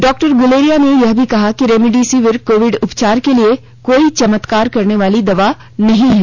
doctor Guleria ने यह भी कहा कि रेमेडिसविर कोविड उपचार के लिए कोई चमत्कार करने वाली दवा नहीं है